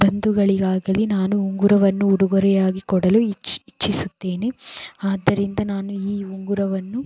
ಬಂಧುಗಳಿಗಾಗಲಿ ನಾನು ಉಂಗುರವನ್ನು ಉಡುಗೊರೆಯಾಗಿ ಕೊಡಲು ಇಚ್ಛಿಸುತ್ತೇನೆ ಆದ್ದರಿಂದ ನಾನು ಈ ಉಂಗುರವನ್ನು